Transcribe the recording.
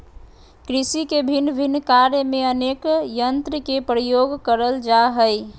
कृषि के भिन्न भिन्न कार्य में अनेक यंत्र के प्रयोग करल जा हई